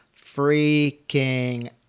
freaking